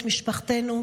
את משפחתנו,